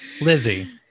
Lizzie